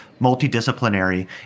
multidisciplinary